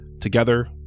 Together